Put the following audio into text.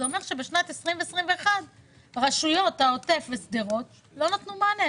זה אומר שבשנת 21' רשויות העוטף ושדרות לא נתנו מענה.